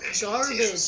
Garbage